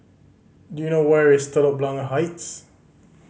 do you know where is Telok Blangah Heights